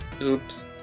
Oops